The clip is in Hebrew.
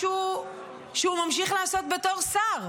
משהו שהוא ממשיך לעשות בתור שר,